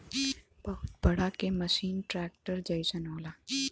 बहुत बड़ा के मसीन ट्रेक्टर जइसन होला